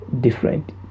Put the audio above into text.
different